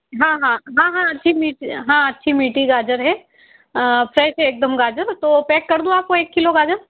हाँ हाँ हाँ हाँ अच्छी हाँ अच्छी मीठी गाजर है फ्रेश है एकदम गाजर तो पैक कर दूँ आपको एक किलो गाजर